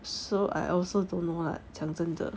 so I also don't know what 讲真的